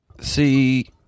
see